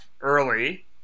early